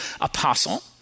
apostle